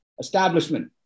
establishment